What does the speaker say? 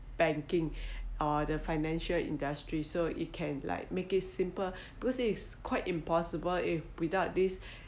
banking uh the financial industry so it can like make it simple because it's quite impossible if without this